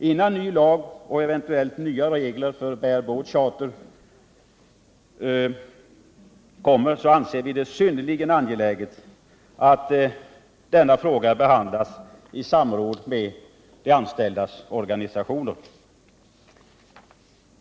Innan ställning tas till ny lag och nya regler för bare-boat charter anser vi det synnerligen angeläget att denna fråga behandlas i samråd med de anställdas organisationer.